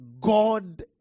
God